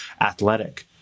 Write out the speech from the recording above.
athletic